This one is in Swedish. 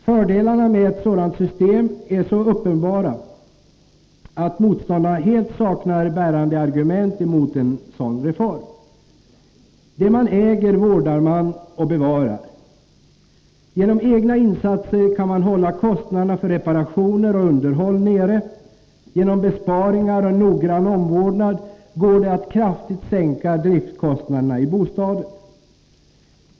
Fördelarna med ett sådant system är så uppenbara att motståndarna helt saknar bärande argument emot en sådan reform. Det man äger vårdar man och bevarar. Genom egna insatser kan man hålla kostnaderna för reparationer och underhåll nere. Genom besparingar och noggrann omvårdnad går det att kraftigt sänka driftkostnaderna i bostaden.